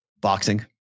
Boxing